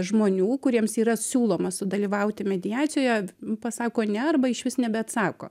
žmonių kuriems yra siūloma sudalyvauti mediacijoje pasako ne arba išvis nebeatsako